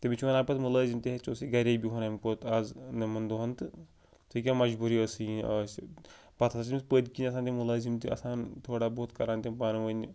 تٔمِس چھِ وَنان پَتہٕ مُلٲزِم تہِ ہے ژےٚ اوٗسٕے گَھرے بِہُن اَمہِ کھۄتہٕ آز نوٚمَن دۄہَن تہٕ ژےٚ کیٛاہ مَجبوٗری ٲسٕے یِنۍ آز پَتہٕ ہَسا چھِ تٔمِس پٔتۍ کِنۍ آسان تِم مُلٲزِم تہِ آسان تھوڑا بہت کَران تِم پانہٕ وٲنۍ